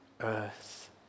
earth